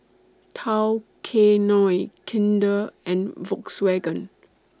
Tao Kae Noi Kinder and Volkswagen